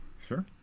Sure